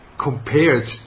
compared